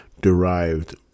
derived